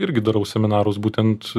irgi darau seminarus būtent